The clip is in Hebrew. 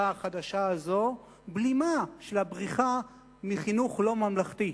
החדשה הזו בלימה של הבריחה לחינוך לא ממלכתי,